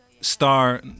star